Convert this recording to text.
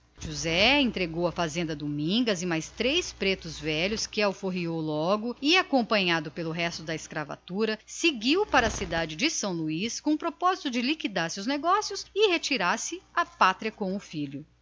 josé entregou a fazenda a domingas e mais três pretos velhos que alforriou logo e acompanhado pelo resto da escravatura seguiu para a cidade de são luís no propósito de liquidar seus bens e recolher-se à pátria com o filho